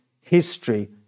history